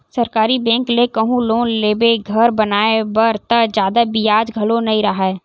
सरकारी बेंक ले कहूँ लोन लेबे घर बनाए बर त जादा बियाज घलो नइ राहय